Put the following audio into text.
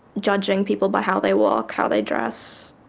judging people by how they walk, how they dress,